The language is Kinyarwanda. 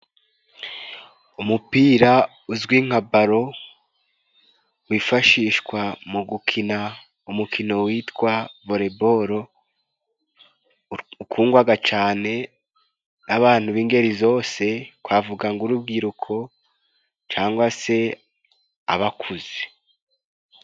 Umupira uzwi nka balo, wifashishwa mu gukina umukino witwa volebolo ukundwaga cyane n'abantu b'ingeri zose twavuga ng'urubyiruko cyangwa se abakuze.